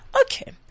Okay